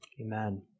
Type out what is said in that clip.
Amen